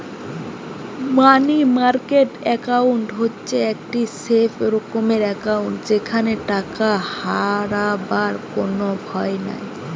মানি market account হচ্ছে একটি safe রকমের একাউন্ট যেখানে টাকা হারাবার কোনো ভয় নাই